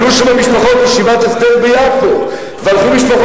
עלו שם משפחות מישיבת הסדר ביפו והלכו לגור,